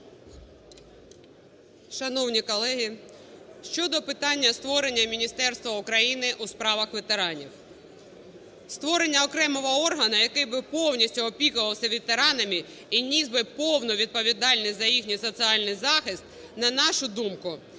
Шановні колеги, щодо питання створення Міністерства України у справах ветеранів. Створення окремого органу, який би повністю опікувався ветеранами і ніс би повну відповідальність за їхній соціальний захист, на нашу думку,